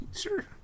sure